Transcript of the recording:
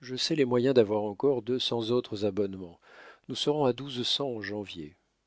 je sais les moyens d'avoir encore deux cents autres abonnements nous serons à